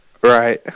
right